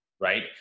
Right